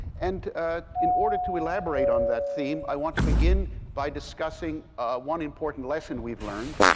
and in order to elaborate on that theme, i want to begin by discussing one important lesson we've learned.